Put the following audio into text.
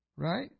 Right